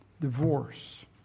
Divorce